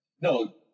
No